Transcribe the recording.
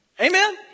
Amen